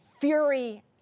fury